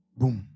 Boom